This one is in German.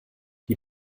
die